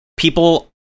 People